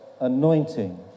anointing